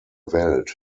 welt